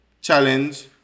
challenge